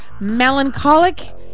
melancholic